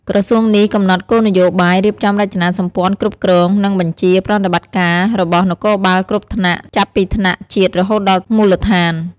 ក្រសួងនេះកំណត់គោលនយោបាយ រៀបចំរចនាសម្ព័ន្ធគ្រប់គ្រង និងបញ្ជាប្រតិបត្តិការរបស់នគរបាលគ្រប់ថ្នាក់ ចាប់ពីថ្នាក់ជាតិរហូតដល់មូលដ្ឋាន។